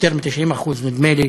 נדמה לי